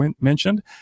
mentioned